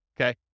okay